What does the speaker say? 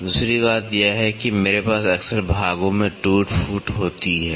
दूसरी बात यह है कि मेरे पास अक्सर भागों में टूट फूट होती है